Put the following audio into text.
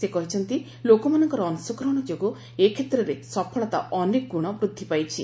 ସେ କହିଛନ୍ତି ଲୋକମାନଙ୍କର ଅଂଶଗ୍ରହଣ ଯୋଗୁଁ ଏ କ୍ଷେତ୍ରରେ ସଫଳତା ଅନେକ ଗ୍ରଣ ବୃଦ୍ଧି ପାଇଛି